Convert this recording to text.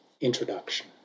Introduction